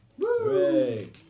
hooray